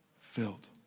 filled